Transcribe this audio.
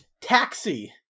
Taxi